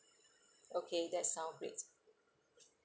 okay that sound great